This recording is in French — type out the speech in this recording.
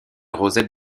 rosette